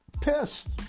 pissed